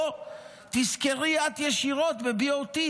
או תשכרי את ישירות ב-BOT,